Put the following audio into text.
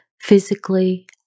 physically